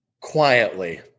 quietly